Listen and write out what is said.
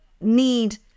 need